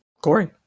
Corey